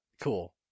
Cool